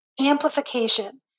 amplification